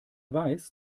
weiß